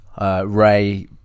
Ray